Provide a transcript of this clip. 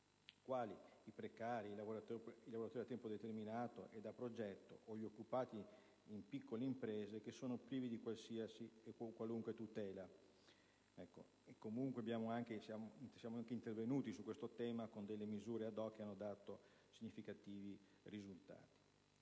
quali i precari, i lavoratori a tempo determinato e a progetto o gli occupati in piccole imprese, che sono privi di qualunque tutela. Siamo anche intervenuti su questo tema con misure *ad hoc* che hanno dato significativi risultati,